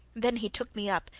then he took me up,